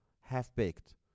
half-baked